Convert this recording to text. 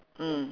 mm